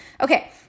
Okay